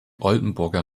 oldenburger